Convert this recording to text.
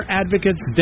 advocates